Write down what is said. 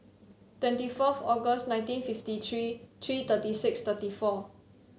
twenty four August nineteen fifty three three thirty six thirty four